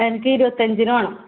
എനിക്ക് ഇരുപത്തഞ്ചിന് വേണം